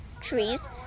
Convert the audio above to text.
trees